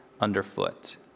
underfoot